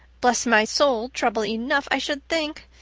bless my soul, trouble enough, i should think.